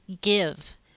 give